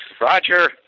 Roger